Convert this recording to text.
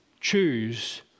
choose